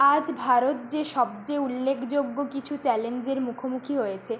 আজ ভারত যে সবচেয়ে উল্লেখযোগ্য কিছু চ্যালেঞ্জের মুখোমুখি হয়েছে